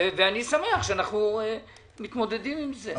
ואני שמח שאנחנו מתמודדים עם זה.